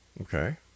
Okay